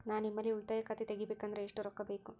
ನಾ ನಿಮ್ಮಲ್ಲಿ ಉಳಿತಾಯ ಖಾತೆ ತೆಗಿಬೇಕಂದ್ರ ಎಷ್ಟು ರೊಕ್ಕ ಬೇಕು?